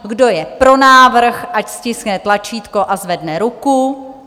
Kdo je pro návrh, ať stiskne tlačítko a zvedne ruku.